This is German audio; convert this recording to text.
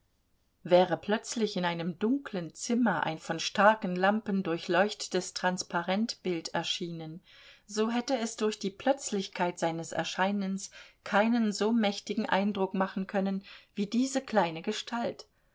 wäre plötzlich in einem dunklen zimmer ein von starken lampen durchleuchtetes transparentbild erschienen so hätte es durch die plötzlichkeit seines erscheinens keinen so mächtigen eindruck machen können wie diese kleine gestalt